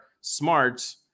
smart